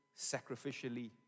sacrificially